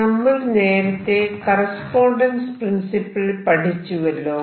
നമ്മൾ നേരത്തെ correspondence principle പഠിച്ചുവല്ലോ